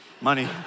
money